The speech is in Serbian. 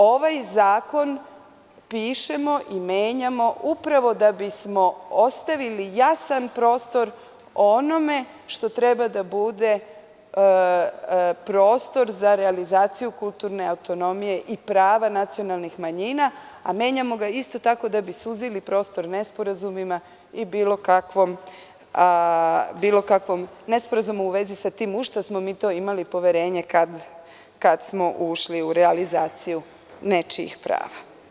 Ovaj zakon pišemo i menjamo upravo da bismo ostavili jasan prostor onome što treba da bude prostor za realizaciju kulturne autonomije i prava nacionalnih manjina, a menjamo ga da bi suzili prostor nesporazumima i bilo kakvom nesporazumu u vezi sa tim u šta smo imali poverenje kada smo ušli u realizaciju nečijih prava.